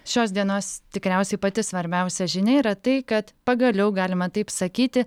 šios dienos tikriausiai pati svarbiausia žinia yra tai kad pagaliau galima taip sakyti